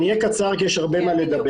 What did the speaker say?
אני אהיה קצר כי יש הרבה מה לדבר.